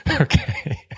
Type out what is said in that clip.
Okay